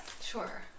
sure